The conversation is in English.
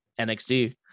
NXT